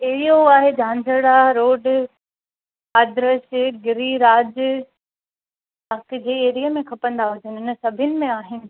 एरियो आहे झांझणा रोड अग्रसेन गिरिराज बाक़ी जंहिं एरिए में खपंदा हुजनि इन सभिनी में आहिनि